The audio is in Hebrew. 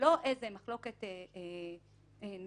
איזה מחלוקת נוראית.